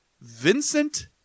Vincent